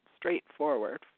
straightforward